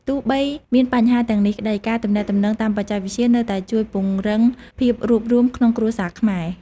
ទោះបីមានបញ្ហាទាំងនេះក្ដី ការទំនាក់ទំនងតាមបច្ចេកវិទ្យានៅតែជួយពង្រឹងភាពរួបរួមក្នុងគ្រួសារខ្មែរ។